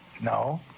No